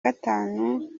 gatanu